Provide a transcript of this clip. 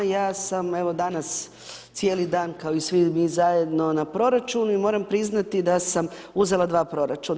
Ja sam evo danas cijeli dan kao i svi mi zajedno na proračunu i moram priznati da sam uzela 2 proračuna.